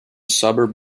suburb